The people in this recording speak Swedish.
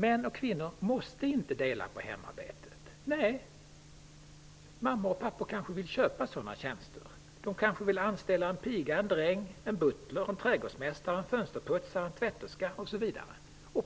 Män och kvinnor måste inte dela på hemarbetet. Nej, mammor och pappor kanske vill köpa tjänster; de kanske vill anställa en piga eller en dräng, en butler, en trädgårdsmästare, en fönsterputsare, en tvätterska osv.